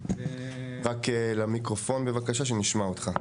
רק למיקרופון בבקשה שנשמע אותך.